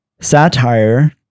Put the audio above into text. satire